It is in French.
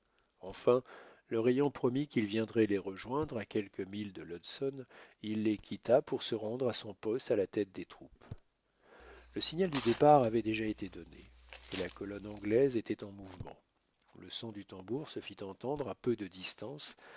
enfin leur ayant promis qu'il viendrait les rejoindre à quelques milles de l'hudson il les quitta pour se rendre à son poste à la tête des troupes le signal du départ avait déjà été donné et la colonne anglaise était en mouvement le son du tambour se fit entendre à peu de distance